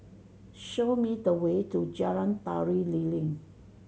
show me the way to Jalan Tari Lilin